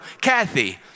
Kathy